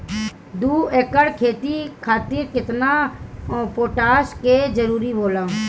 दु एकड़ खेती खातिर केतना पोटाश के जरूरी होला?